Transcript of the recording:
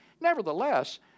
nevertheless